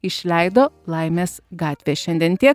išleido laimės gatvė šiandien tiek